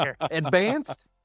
Advanced